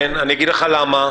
כן, אני אגיד לך למה.